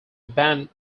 ban